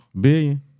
Billion